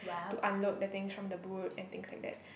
to unload the things from the boot and things like that